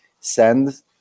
send